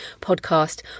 podcast